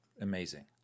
amazing